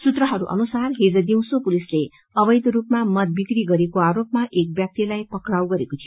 सूत्रहरू अनुसार हिज दिउँसो पुलिसले अवैध रूपमा मद बिक्री गरिएको आरोपमा एक व्याक्तिलाई पक्राउ गरेको थियो